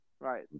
Right